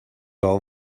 all